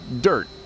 dirt